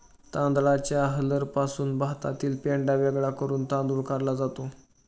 तांदळाच्या हलरपासून भातातील पेंढा वेगळा करून तांदूळ काढला जातो